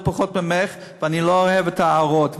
לא פחות ממך, ואני לא אוהב את ההערות.